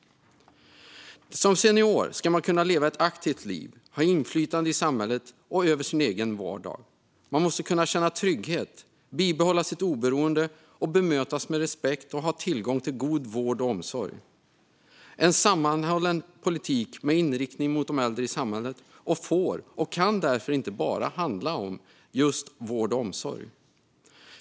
Som senior ska man kunna leva ett aktivt liv och ha inflytande i samhället och över sin vardag. Man måste kunna känna trygghet, bibehålla sitt oberoende, bemötas med respekt och ha tillgång till god vård och omsorg. En sammanhållen politik med inriktning mot de äldre i samhället får och kan därför inte bara handla om just vård och omsorg.